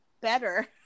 better